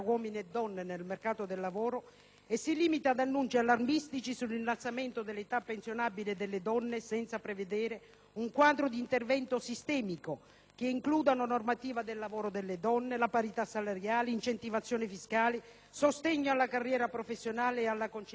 e si limita ad annunci allarmistici sull'innalzamento dell'età pensionabile delle donne senza prevedere un quadro di intervento sistemico che includa una normativa del lavoro delle donne, la parità salariale, incentivazioni fiscali, sostegno alla carriera professionale e alla conciliazione familiare e asili nido.